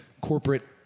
corporate